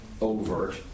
overt